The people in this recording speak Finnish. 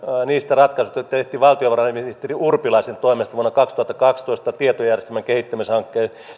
niistä ratkaisuista joita tehtiin valtiovarainministeri urpilaisen toimesta vuonna kaksituhattakaksitoista tietojärjestelmän kehittämishankkeessa